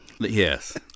Yes